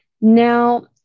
Now